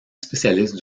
spécialiste